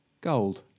Gold